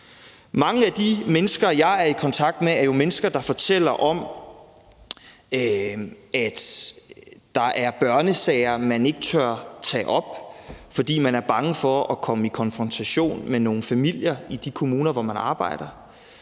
Mange af de mennesker, jeg er i kontakt med, er jo mennesker, der fortæller, at der er børnesager, man ikke tør tage op, fordi man er bange for at komme i konfrontation med nogle familier i de kommuner, hvor man arbejder.